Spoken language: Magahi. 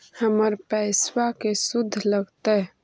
हमर पैसाबा के शुद्ध लगतै?